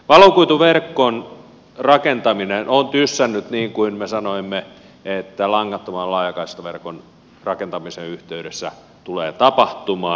valokuituverkon rakentaminen on tyssännyt niin kuin me sanoimme että langattoman laajakaistaverkon rakentamisen yhteydessä tulee tapahtumaan